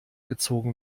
gezogen